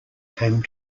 came